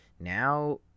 now